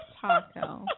taco